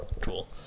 Cool